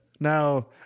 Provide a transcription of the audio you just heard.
Now